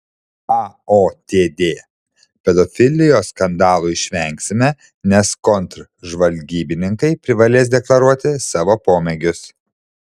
aotd pedofilijos skandalų išvengsime nes kontržvalgybininkai privalės deklaruoti savo pomėgius